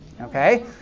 okay